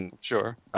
Sure